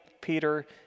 Peter